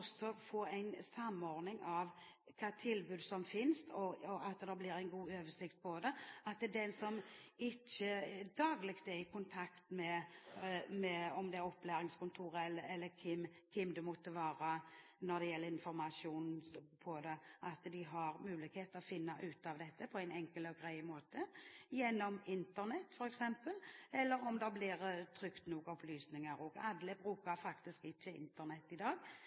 få til en god oversikt over det, slik at den som ikke daglig er i kontakt med f.eks. opplæringskontorene eller andre når det gjelder informasjon om dette, har mulighet til å finne ut av dette på en enkel og grei måte, gjennom Internett f.eks. eller trykte opplysninger. Alle bruker faktisk ikke Internett i dag heller, så av og til er det behov for en papirbit. Alt i alt føler jeg vel at de ulike partiene er enige, og så håper jeg at vi i